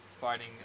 fighting